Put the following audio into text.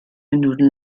minuten